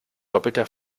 doppelter